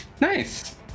Nice